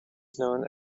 known